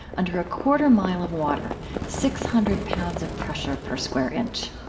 under a quarter-mile of water six hundred pounds of pressure per square inch.